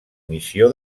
missió